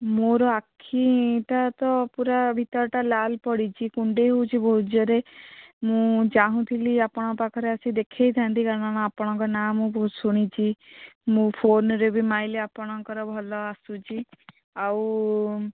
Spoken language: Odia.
ମୋର ଆଖିଟା ତ ପୁରା ଭିତରଟା ଲାଲ୍ ପଡ଼ିଛି କୁଣ୍ଡେଇ ହେଉଛି ବହୁତ ଜୋରେ ମୁଁ ଚାହୁଁଥିଲି ଆପଣଙ୍କ ପାଖରେ ଆସି ଦେଖାଇଥାନ୍ତି କାରଣ ଆପଣଙ୍କ ନାଆଁ ମୁଁ ବହୁତ ଶୁଣିଛି ମୁଁ ଫୋନ୍ରେ ବି ମାଇଲେ ଆପଣଙ୍କର ଭଲ ଆସୁଛି ଆଉ